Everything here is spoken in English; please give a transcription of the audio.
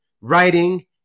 writing